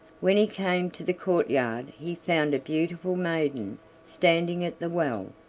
when he came to the courtyard he found a beautiful maiden standing at the well,